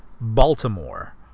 Baltimore